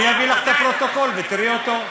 אני אביא לך את הפרוטוקול ותראה אותו.